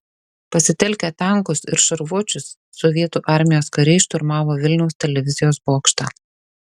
pasitelkę tankus ir šarvuočius sovietų armijos kariai šturmavo vilniaus televizijos bokštą